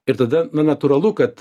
ir tada na natūralu kad